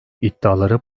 iddiaları